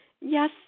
Yes